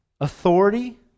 authority